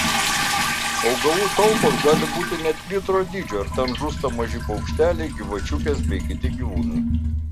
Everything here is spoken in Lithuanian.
augalų talpos gali būti net litro dydžio ir ten žūsta maži paukšteliai gyvačiukės bei kiti gyvūnai